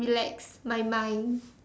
relax my mind